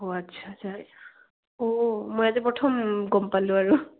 অঁ আচ্ছা আচ্ছা অঁ মই আজি প্ৰথম গম পালোঁ আৰু